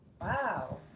Wow